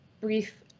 brief